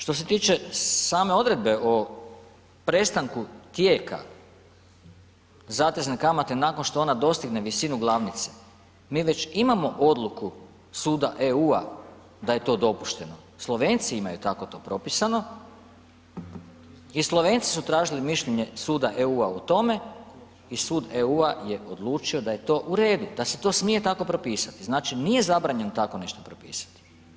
Što se tiče same odredbe o prestanku tijeka zatezne kamate nakon što ona dostigne visinu glavnice, mi već imamo odluku suda EU-a da je to dopušteno, Slovenci imaju tako to propisano i Slovenci su tražili mišljenje suda EU-a u tome i sud EU-a je odlučio da je to u redu, da se to smije tako propisati, znači nije zabranjeno tako nešto propisati.